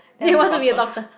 they want to be a doctor